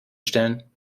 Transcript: stellen